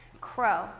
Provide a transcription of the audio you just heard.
Crow